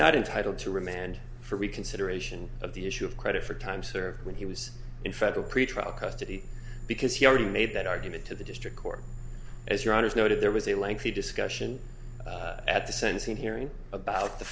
not entitle to remand for reconsideration of the issue of credit for time served when he was in federal pretrial custody because he already made that argument to the district court as your own is noted there was a lengthy discussion at the sentencing hearing about the